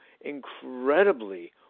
incredibly